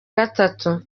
gatatu